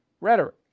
rhetoric